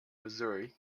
missouri